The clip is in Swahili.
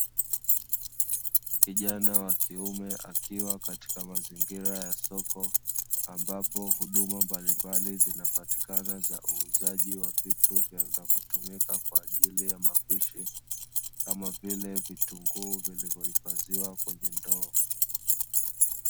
Kijana wa kiume akiwa katika mazingira ya soko ambapo huduma mbalimbali zinapatikana za uuzaji wa vitu vinavyotumika kwa ajili ya mapishi, kama vile vitunguu vilivyohifadhiwa kwenye ndoo.